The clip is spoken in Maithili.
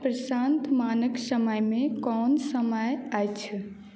प्रशान्त मानक समयमे कौन समय अछि